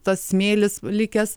tas smėlis likęs